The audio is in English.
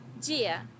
Dia